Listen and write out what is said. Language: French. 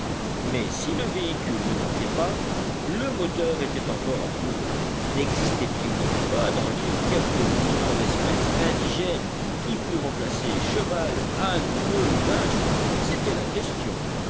mais si le véhicule ne manquait pas le moteur était encore à trouver nexistait il donc pas dans l'île quelque ruminant d'espèce indigène qui pût remplacer cheval âne boeuf ou vache c'était la question